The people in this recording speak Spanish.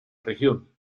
región